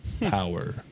power